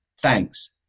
thanks